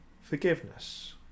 forgiveness